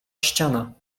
ściana